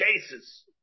cases